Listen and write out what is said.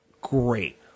Great